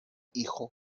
hijo